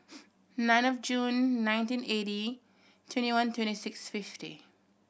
nine of June nineteen eighty twenty one twenty six fifty